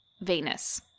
Venus